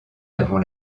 avant